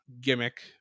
gimmick